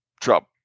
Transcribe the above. Trump